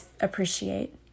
appreciate